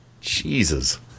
jesus